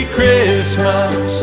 Christmas